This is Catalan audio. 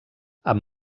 amb